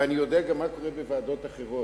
ואני יודע גם מה קורה בוועדות אחרות,